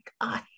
God